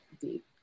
deep